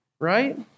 Right